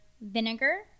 vinegar